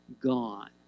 gone